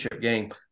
game